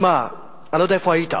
תשמע, אני לא יודע איפה היית,